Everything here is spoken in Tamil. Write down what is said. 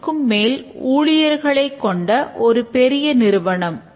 இந்த நிறுவனம் 50000க் மேல் ஊழியர்களைக் கொண்ட ஒரு பெரிய நிறுவனம்